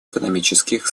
экономических